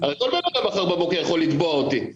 הרי כל דבר אתה יכול מחר בבוקר לתבוע אותי.